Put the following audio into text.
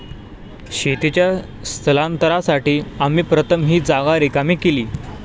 शेतीच्या स्थलांतरासाठी आम्ही प्रथम ही जागा रिकामी केली